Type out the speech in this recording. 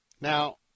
Now